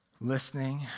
listening